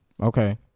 Okay